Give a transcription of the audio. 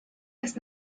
des